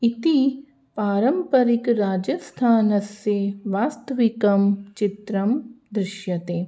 इति पारम्परिकराजस्थानस्य वास्तविकं चित्रं दृश्यते